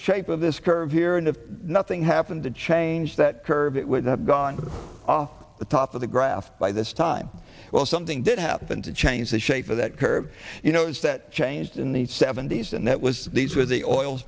shape of this curve here and of nothing happened to change that curve it would have gone with the top of the graph by this time well something did happen to change the shape of that curve you know it's that changed in the seventy's and that was these were the oil